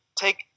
take